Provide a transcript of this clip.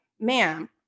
ma'am